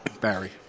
Barry